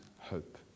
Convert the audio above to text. hope